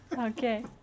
Okay